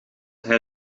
hij